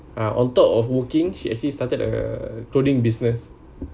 uh on top of working she actually started a clothing business